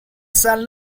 shall